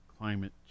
climate